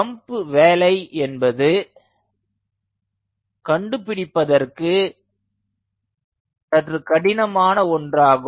pump வேலை என்பது கண்டுபிடிப்பதற்கு சற்று கடினமான ஒன்றாகும்